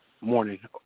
morning